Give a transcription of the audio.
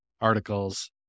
articles